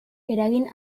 eragin